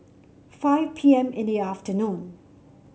five P M in the afternoon